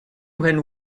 when